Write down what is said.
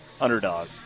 underdog